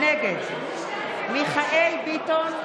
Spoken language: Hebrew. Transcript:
נגד מיכאל מרדכי ביטון,